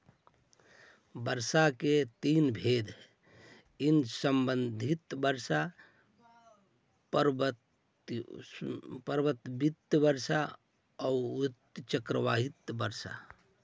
वर्षा के तीन भेद हई संवहनीय वर्षा, पर्वतकृत वर्षा औउर चक्रवाती वर्षा